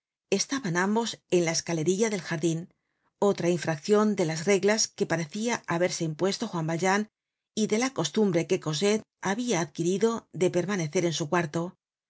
estaban ambos en la escalerilla del jardin otra infracción de las reglas que parecia haberse impuesto juan valjean y de la costumbre que cosette habia adquirido de permanecer en su cuarto